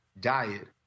diet